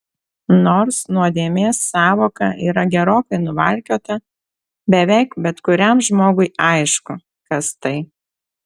nors nuodėmės sąvoka yra gerokai nuvalkiota beveik bet kuriam žmogui aišku kas tai